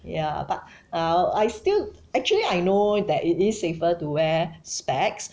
ya but uh I I still actually I know that it is safer to wear specs